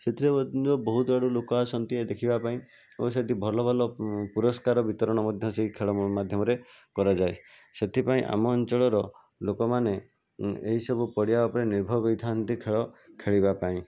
ସେଥିରେ ମଧ୍ୟ ବହୁତ ଆଡ଼ୁ ଲୋକ ଆସିଥାନ୍ତି ଦେଖିବା ପାଇଁ ଏବଂ ସେଠି ଭଲ ଭଲ ପୁରସ୍କାର ବିତରଣ ମଧ୍ୟ ସେହି ଖେଳ ମାଧ୍ୟମରେ କରାଯାଏ ସେଥିପାଇଁ ଆମ ଅଞ୍ଚଳର ଲୋକମାନେ ଏହି ସବୁ ପଡ଼ିଆ ଉପରେ ନିର୍ଭର ହୋଇଥାନ୍ତି ଖେଳ ଖେଳିବା ପାଇଁ